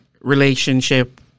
relationship